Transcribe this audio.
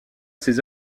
ses